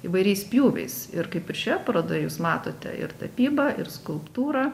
įvairiais pjūviais ir kaip ir šioje parodoj jūs matote ir tapybą ir skulptūrą